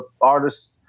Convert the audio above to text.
artists